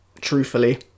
truthfully